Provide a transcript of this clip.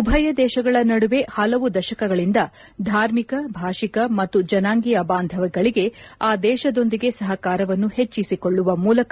ಉಭಯ ದೇಶಗಳ ನಡುವೆ ಹಲವು ದಶಕಗಳಿಂದ ಧಾರ್ಮಿಕ ಭಾಷಿಕ ಮತ್ತು ಜನಾಂಗಿಯ ಬಾಂಧಮ್ಹಗಳಿಗೆ ಆ ದೇಶದೊಂದಿಗೆ ಸಹಕಾರವನ್ನು ಹೆಚ್ಚಿಸಿಕೊಳ್ಳುವ ಮೂಲಕ